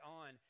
on